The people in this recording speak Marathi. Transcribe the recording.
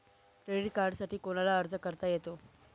क्रेडिट कार्डसाठी कोणाला अर्ज करता येतो?